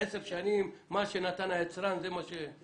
10 שנים, מה שנתן היצרן, זה מה שיש.